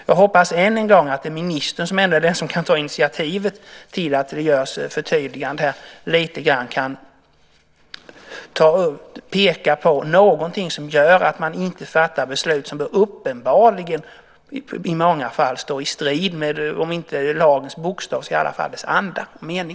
Jag hoppas än en gång att ministern, som ändå är den som kan ta initiativ till att det görs förtydliganden här, lite grann kan peka på någonting som gör att man inte fattar dessa beslut som uppenbarligen i många fall står i strid med om inte lagens bokstav så i alla fall dess anda och mening.